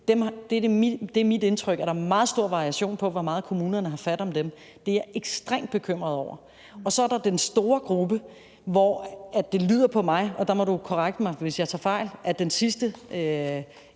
det er mit indtryk, at der er meget stor variation på, hvor meget kommunerne har fat om dem. Det er jeg ekstremt bekymret over. Og så er der den store gruppe, og der må du korrekse mig, hvis jeg tager fejl, som den elev